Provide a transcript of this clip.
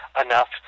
enough